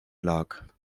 lag